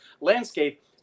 landscape